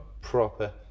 proper